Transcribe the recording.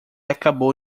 acabou